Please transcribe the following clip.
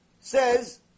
says